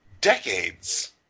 decades